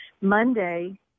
Monday